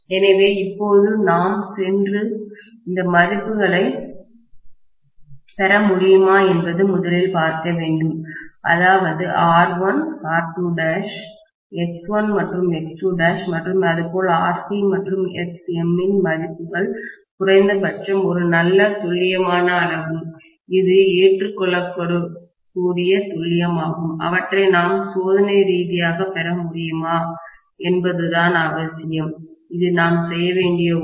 எனவே இப்போது நாம் சென்று இந்த மதிப்புகளைப் பெற முடியுமா என்பதை முதலில் பார்க்க வேண்டும் அதாவது R1 R2' X1 மற்றும் X2' மற்றும் இதேபோல் Rc மற்றும் Xm இன் மதிப்புகள் குறைந்தபட்சம் ஒரு நல்ல துல்லியமான அளவு இது ஏற்றுக்கொள்ளக்கூடிய துல்லியம் ஆகும் அவற்றை நாம் சோதனை ரீதியாகப் பெற முடியுமா என்பதுதான் அவசியம் இது நாம் செய்ய வேண்டிய ஒன்று